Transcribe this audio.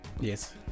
Yes